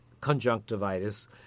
Conjunctivitis